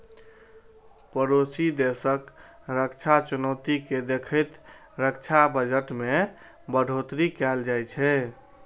पड़ोसी देशक रक्षा चुनौती कें देखैत रक्षा बजट मे बढ़ोतरी कैल जाइ छै